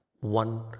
One